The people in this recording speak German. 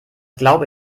glaube